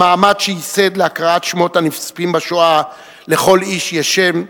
המעמד שייסד להקראת שמות הנספים בשואה: "לכל איש יש שם",